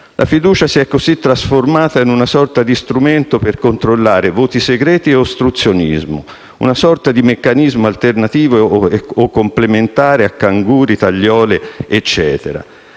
La fiducia si è così trasformata in una sorta di strumento per controllare voti segreti e ostruzionismo, una sorta di meccanismo alternativo e complementare a canguri, tagliole, eccetera.